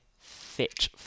fit